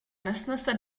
nesnese